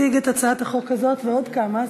תציגי את הצעת החוק הזאת ועוד כמה,